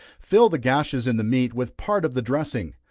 fill the gashes in the meat with part of the dressing,